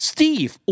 Steve